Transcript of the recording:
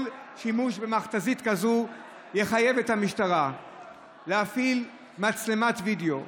כל שימוש במכת"זית כזאת יחייב את המשטרה להפעיל מצלמת וידיאו.